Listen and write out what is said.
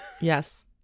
yes